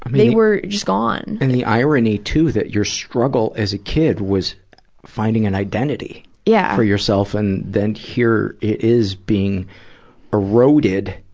they were just gone. and the irony, too, that your struggle as a kid was finding an identity yeah for yourself, and here it is being eroded